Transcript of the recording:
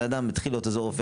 אדם התחיל להיות עוזר רופא,